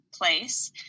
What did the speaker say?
place